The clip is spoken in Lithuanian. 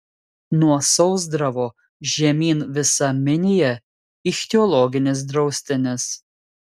nuo sausdravo žemyn visa minija ichtiologinis draustinis